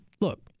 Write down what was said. look